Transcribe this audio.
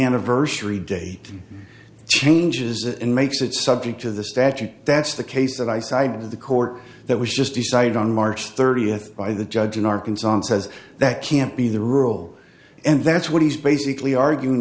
anniversary date changes and makes it subject to the statute that's the case that i cited the court that was just decided on march thirtieth by the judge in arkansas and says that can't be the rule and that's what he's basically arguing